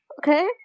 Okay